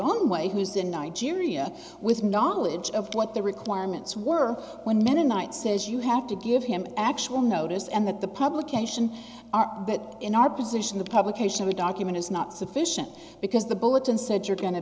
on way who's in nigeria with knowledge of what the requirements were when mennonites says you have to give him actual notice and that the publication are in our position the publication of a document is not sufficient because the bulletin said you're going to